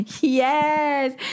Yes